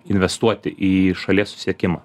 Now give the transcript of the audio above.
investuoti į šalies susisiekimą